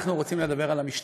אנחנו רוצים לדבר על המשטרה,